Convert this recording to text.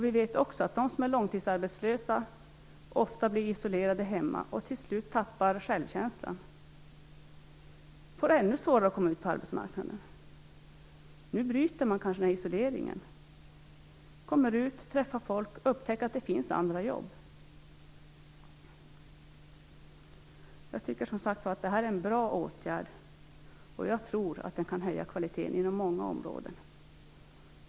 Vi vet också att de som är långtidsarbetslösa ofta blir isolerade hemma och till slut tappar självkänslan. De får ännu svårare att komma ut på arbetsmarknaden. Nu bryts kanske isoleringen. De kommer ut, träffar folk och upptäcker att det finns andra jobb. Jag tycker som sagt att det här är en bra åtgärd. Jag tror att den kan höja kvaliteten inom många områden.